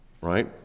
right